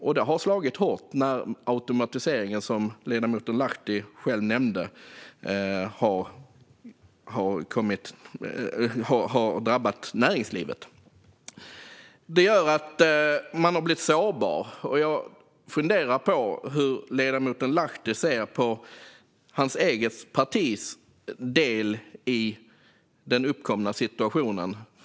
Detta har slagit hårt när automatiseringen, som ledamoten Lahti själv nämnde, har drabbat näringslivet. Detta gör att man har blivit sårbar. Jag funderar på hur ledamoten Lahti ser på sitt eget partis del i den uppkomna situationen.